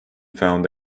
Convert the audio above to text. found